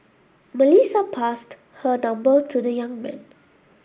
Melissa passed her number to the young man